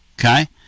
okay